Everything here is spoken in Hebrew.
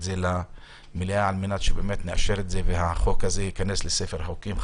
זה למליאה כדי שהחוק הזה ייכנס לספר החוקים.